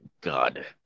God